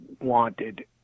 wanted